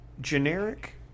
Generic